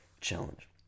challenge